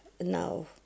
now